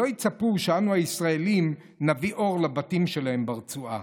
שלא יצפו שאנו הישראלים נביא אור לבתים שלהם ברצועה.